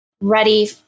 ready